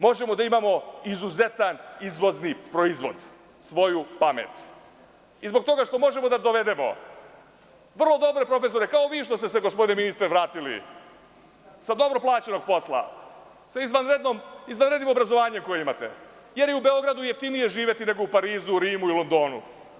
Možemo da imamo izuzetan izvozni proizvod, svoju pamet i zbog toga što možemo da dovedemo vrlo dobre profesore, kao vi, gospodine ministre, što ste se vratili sa dobro plaćenog posla, sa izvanrednim obrazovanjem koje imate, jer je u Beogradu jeftinije živeti nego u Parizu, Rimu i Londonu.